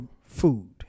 food